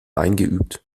eingeübt